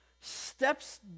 steps